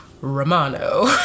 Romano